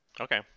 Okay